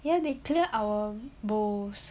ya they clear our bowls